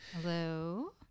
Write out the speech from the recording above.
Hello